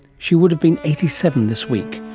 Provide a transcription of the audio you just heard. she would have been eighty seven this week.